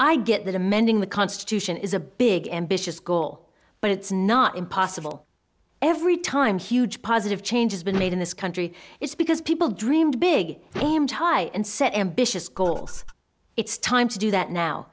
i get that amending the constitution is a big ambitious goal but it's not impossible every time huge positive change has been made in this country it's because people dreamed big aimed high and set ambitious goals it's time to do that now